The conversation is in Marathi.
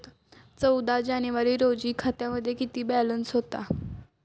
चौदा जानेवारी रोजी खात्यामध्ये किती बॅलन्स होता?